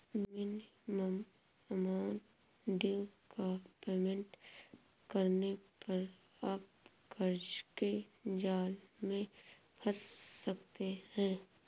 minimum amount due का payment करने पर आप कर्ज के जाल में फंस सकते हैं